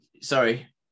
sorry